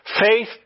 Faith